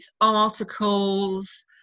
articles